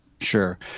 Sure